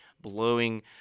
blowing